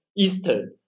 Eastern